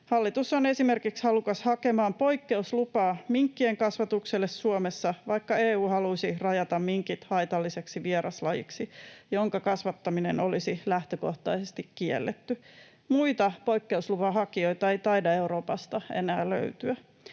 Hallitus on esimerkiksi halukas hakemaan poikkeuslupaa minkkien kasvatukselle Suomessa, vaikka EU halusi rajata minkit haitalliseksi vieraslajiksi, jonka kasvattaminen olisi lähtökohtaisesti kielletty. Muita poikkeusluvan hakijoita ei taida Euroopasta enää löytyä.